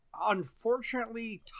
unfortunately